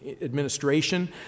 administration